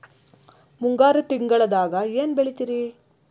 ಮುಂಗಾರು ತಿಂಗಳದಾಗ ಏನ್ ಬೆಳಿತಿರಿ?